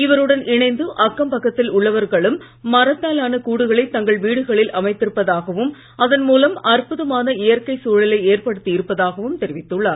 இவருடன் இணைந்து அக்கம்பக்கத்தில் உள்ளவர்களும் மரத்தாலான கூடுகளை தங்கள் வீடுகளில் அமைத்திருப்பதாகவும் அதன் மூலம் அற்புதமான இயற்கை சுழலை ஏற்படுத்தி இருப்பதாகவும் தெரிவித்துள்ளார்